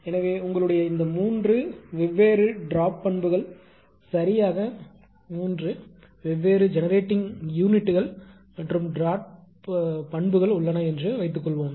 எனவே உங்களுடைய இந்த மூன்று வெவ்வேறு ட்ரோப் பண்புகள் சரியாக மூன்று வெவ்வேறு ஜெனரேட்டிங் யூனிட்கள் மற்றும் ட்ரோப் பண்புகள் உள்ளன என்று வைத்துக்கொள்வோம்